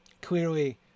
clearly